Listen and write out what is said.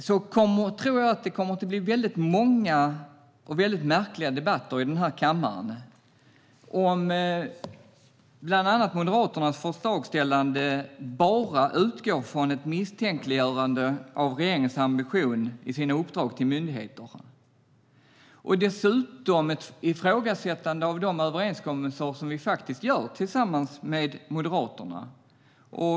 Jag tror att det kommer att bli många märkliga debatter i den här kammaren ifall bland annat Moderaternas förslagsställande utgår från ett misstänkliggörande av regeringens ambition i uppdragen till myndigheterna och dessutom ett ifrågasättande av de överenskommelser som vi gör tillsammans med Moderaterna.